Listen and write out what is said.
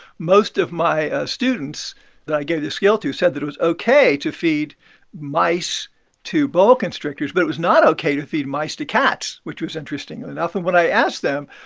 most of my students that i gave this scale to said that it was ok to feed mice to boa constrictors, but it was not ok to feed mice to cats, which was interesting and enough. and when i asked them,